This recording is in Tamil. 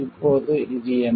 இப்போது இது என்ன